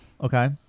Okay